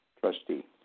trustee